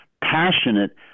passionate